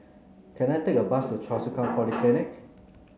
can I take a bus to Choa Chu Kang Polyclinic